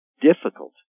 difficult